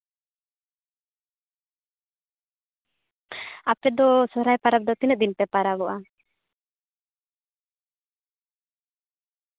ᱟᱯᱮ ᱫᱚ ᱥᱚᱦᱚᱨᱟᱭ ᱯᱟᱨᱟᱵᱽ ᱫᱚ ᱛᱤᱱᱟᱹᱜ ᱫᱤᱱ ᱯᱮ ᱯᱟᱨᱟᱵᱚᱜᱼᱟ